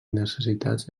necessitats